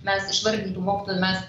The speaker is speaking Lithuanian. mes išvardytų mokytojų mes